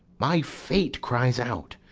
my fate cries out,